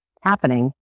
happening